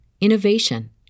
innovation